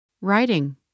Writing